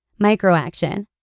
Microaction